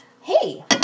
hey